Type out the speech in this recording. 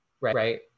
Right